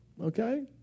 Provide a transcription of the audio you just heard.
Okay